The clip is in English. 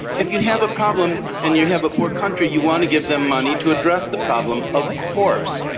if you have a problem and you have a poor country, you want to give them money to address the problem, of course.